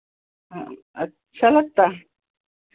अच्छा तो